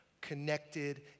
connected